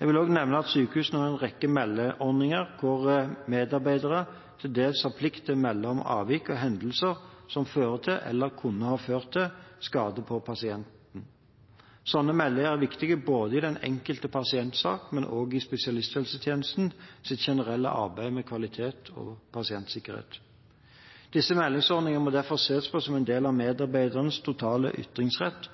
Jeg vil også nevne at sykehusene har en rekke meldeordninger hvor medarbeidere til dels har plikt til å melde om avvik og hendelser som fører til, eller kunne ha ført til, skade på pasienten. Sånne meldinger er viktige både i den enkelte pasientsak og i spesialisthelsetjenestens generelle arbeid med kvalitet og pasientsikkerhet. Disse meldeordningene må derfor ses på som en del av medarbeidernes totale ytringsrett